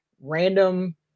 random